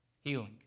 Healing